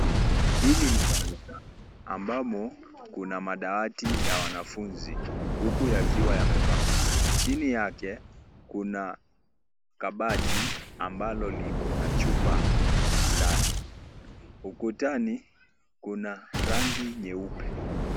Hili ni darasa ambamo kuna madawati ya wanafunzi huku yakiwa yamepangwa. Chini yake kuna kabati ambalo liko na chupa ndani. Ukutani kuna rangi nyeupe.